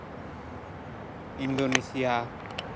Indonesia